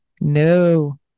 No